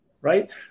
right